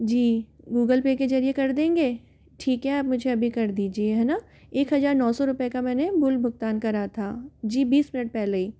जी Google pay के जरिये कर देंगे ठीक है आप मुझे अभी कर दीजिये हैना एक हज़ार नौ सौ रूपए का मैंने मूल भुगतान करा था जी बीस मिनट पहले ही